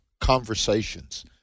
conversations